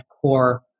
core